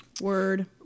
Word